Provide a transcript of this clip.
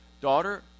daughter